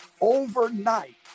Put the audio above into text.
overnight